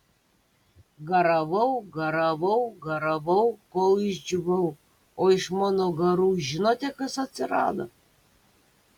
garavau garavau garavau kol išdžiūvau o iš mano garų žinote kas atsirado